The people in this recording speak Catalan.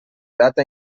data